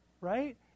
right